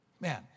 Man